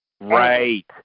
Right